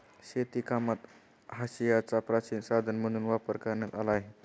शेतीकामात हांशियाचा प्राचीन साधन म्हणून वापर करण्यात आला आहे